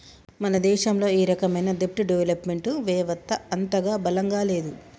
మన దేశంలో ఈ రకమైన దెబ్ట్ డెవలప్ మెంట్ వెవత్త అంతగా బలంగా లేదు